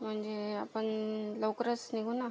म्हणजे आपण लवकरच निघू ना